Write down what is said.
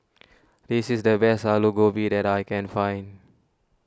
this is the best Aloo Gobi that I can find